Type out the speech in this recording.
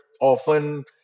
often